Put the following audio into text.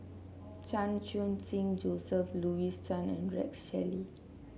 Chan Khun Sing Joseph Louis Chen and Rex Shelley